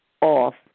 off